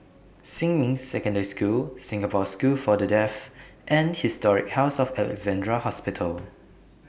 Xinmin Secondary School Singapore School For The Deaf and Historic House of Alexandra Hospital